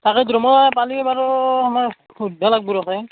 তাকেতো মই পালি বাৰু মই সুধিব লাগবো ৰখ এ